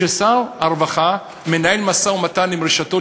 כששר הרווחה מנהל משא-ומתן עם רשתות